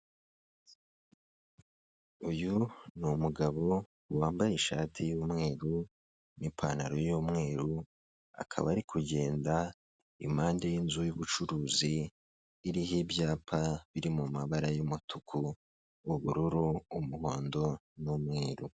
Uyu ni umugabo wambaye ishati y'umweru n'ipantaro y'umweru, akaba ari kugenda impande y'inzu y'ubucuruzi iriho ibyapa, biri mu mabara y'umutuku ,ubururu ,umuhondo n'umweru.